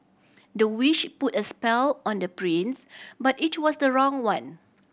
the witch put a spell on the prince but it was the wrong one